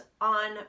on